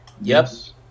Yes